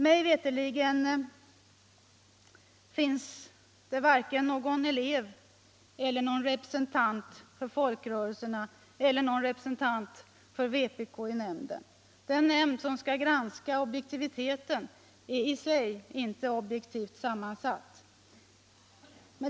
Mig veterligen finns varken någon elev, någon representant för folkrörelserna eller någon representant för vpk i nämnden, Den nämnd som skall granska objektiviteten är inte objektivt sammansatt.